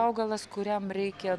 augalas kuriam reikia